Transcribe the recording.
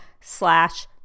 slash